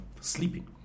sleeping